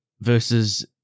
versus